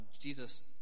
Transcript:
Jesus